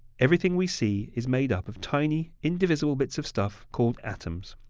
everything we see is made up of tiny, indivisible bits of stuff called atoms.